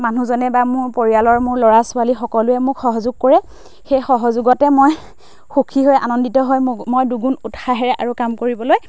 মানুহজনে বা মোৰ পৰিয়ালৰ মোৰ ল'ৰা ছোৱালী সকলোৱে মোক সহযোগ কৰে সেই সহযোগতে মই সুখী হৈ আনন্দিত হৈ মোক মই দুগুণ উৎসাহেৰে আৰু কাম কৰিবলৈ